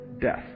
Death